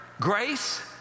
grace